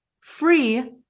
free